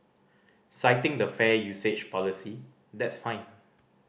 citing the fair usage policy that's fine